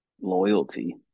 loyalty